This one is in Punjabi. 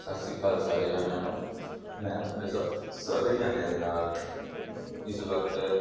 ਸਤਿ ਸ਼੍ਰੀ ਅਕਾਲ ਸਾਰੇ ਜਣਿਆਂ ਨੂੰ ਮੈਂ ਥੋਡੇ ਸਾਰੇ ਸਾਰੇ ਜਣਿਆਂ ਦੇ ਨਾਲ ਇਸ ਵਕਤ